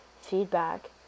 feedback